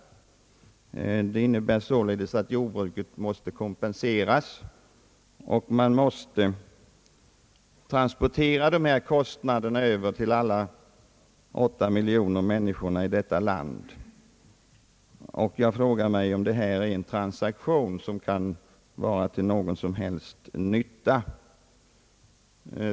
Det innebär således att jordbruket måste kompenseras, och man måste då transportera dessa kostnader över till alla de åtta miljoner människorna i vårt land. Jag frågar mig om det är en transaktion som kan vara till någon som helst nytta.